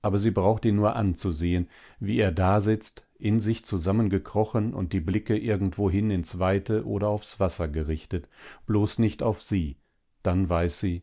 aber sie braucht ihn nur anzusehen wie er dasitzt in sich zusammengekrochen und die blicke irgendwohin ins weite oder aufs wasser gerichtet bloß nicht auf sie dann weiß sie